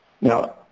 Now